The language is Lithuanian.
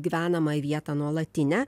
gyvenamąją vietą nuolatinę